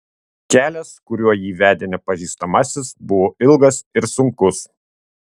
kelias kuriuo jį vedė nepažįstamasis buvo ilgas ir sunkus